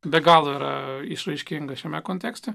be galo yra išraiškinga šiame kontekste